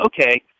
okay